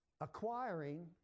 Acquiring